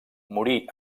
morí